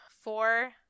four